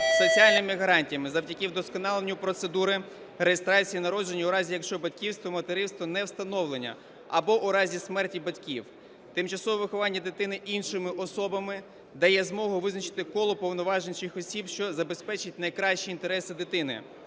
соціальними гарантіями завдяки вдосконаленню процедури реєстрації народження у разі, якщо батьківство/материнство не встановлено або у разі смерті батьків. Тимчасове виховання дитини іншими особами дає змогу визначити коло повноважень цих осіб, що забезпечить найкраще інтереси дитини.